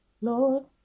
Lord